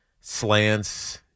slants